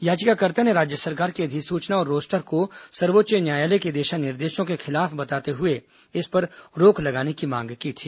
याचिकाकर्ता ने राज्य सरकार की अधिसूचना और रोस्टर को सर्वोच्च न्यायालय के दिशा निर्देशों के खिलाफ बताते हुए इस पर रोक लगाने की मांग की थी